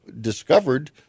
discovered